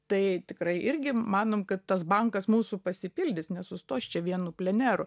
tai tikrai irgi manom kad tas bankas mūsų pasipildys nesustos čia vienu pleneru